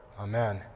Amen